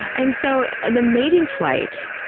and so, and the mating flight.